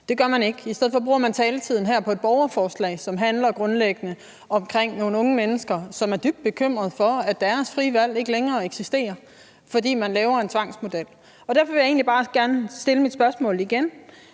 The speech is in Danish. Det ønsker man ikke; i stedet for bruger man taletiden her på et borgerforslag, som grundlæggende handler om nogle unge mennesker, som er dybt bekymrede for, at deres frie valg ikke længere eksisterer, fordi man laver en tvangsmodel. Derfor vil jeg egentlig bare gerne stille mit spørgsmål igen: